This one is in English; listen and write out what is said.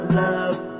love